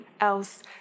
else